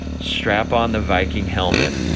strap on the viking helmet.